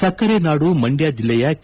ಸಕ್ಕರೆ ನಾಡು ಮಂಡ್ಯ ಜಿಲ್ಲೆಯ ಕೆ